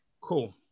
Cool